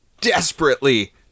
desperately